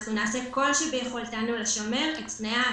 ושאנחנו נעשה כל שביכולתנו לשמר את תנאי ההטבה.